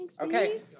Okay